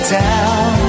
down